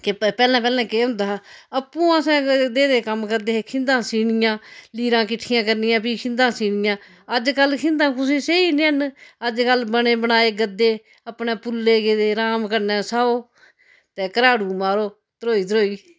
कि पैह्लें पैह्लें केह् होंदा हा आपूं असें एह् दे कम्म करदे खिंदा सीनियां लीरां किट्ठियां करनियां फ्ही खिंदा सीनियां अज्जकल खिंदा कुसै सेही नी हैन अज्जकल बने बनाए गद्दे अपने पुल्ले गेदे अराम कन्नै सौ ते घराडु मारो ध्रोही ध्रोही